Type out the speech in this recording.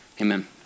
amen